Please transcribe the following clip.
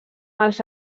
els